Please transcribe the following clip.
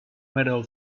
metal